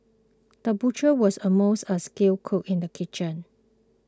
the butcher was also a skilled cook in the kitchen